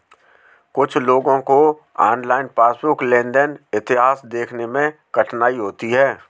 कुछ लोगों को ऑनलाइन पासबुक लेनदेन इतिहास देखने में कठिनाई होती हैं